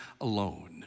alone